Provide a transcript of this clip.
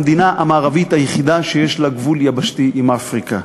המדינה המערבית היחידה שיש לה גבול יבשתי עם אפריקה?